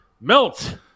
Melt